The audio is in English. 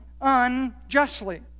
unjustly